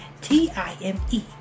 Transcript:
T-I-M-E